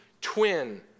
twin